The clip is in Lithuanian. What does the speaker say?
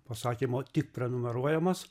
pasakymo tik prenumeruojamas